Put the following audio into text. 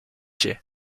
jets